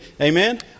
Amen